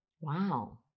Wow